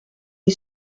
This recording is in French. est